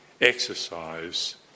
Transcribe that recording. exercise